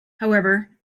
however